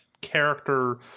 character